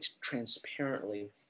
transparently